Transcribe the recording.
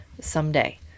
someday